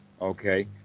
Okay